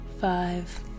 five